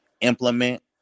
implement